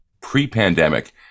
pre-pandemic